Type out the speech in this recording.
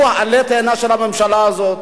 הוא עלה התאנה של הממשלה הזאת,